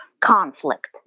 conflict